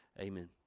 amen